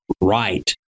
right